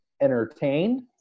entertained